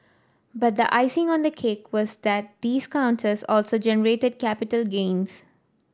but the icing on the cake was that these counters also generated capital gains